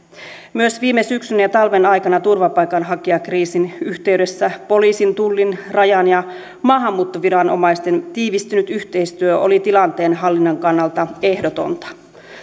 myös viime syksyn ja talven aikana turvapaikanhakijakriisin yhteydessä poliisin tullin rajan ja maahanmuuttoviranomaisten tiivistynyt yhteistyö oli tilanteen hallinnan kannalta ehdotonta